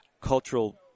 cultural